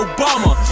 Obama